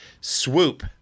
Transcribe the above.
Swoop